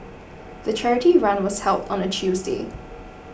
the charity run was held on a Tuesday